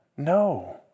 No